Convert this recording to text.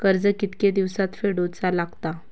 कर्ज कितके दिवसात फेडूचा लागता?